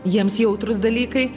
jiems jautrūs dalykai